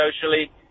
socially